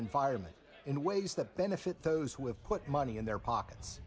environment in ways that benefit those with put money in their pockets